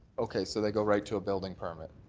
okay so they go right to a building permit.